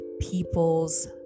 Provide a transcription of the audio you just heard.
people's